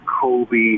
Kobe